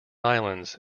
islands